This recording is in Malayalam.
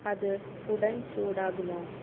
അത് ഉടൻ ചൂടാകുമോ